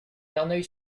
verneuil